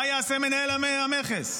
מה יעשה מנהל המכס?